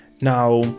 Now